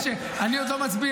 משה, אני עוד לא מצביע.